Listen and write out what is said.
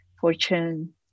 Fortune